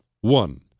One